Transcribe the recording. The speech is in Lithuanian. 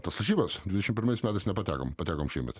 tas lažybas dvidešim pirmais metais nepatekom patekom šiemet